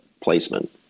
placement